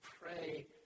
pray